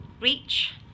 Reach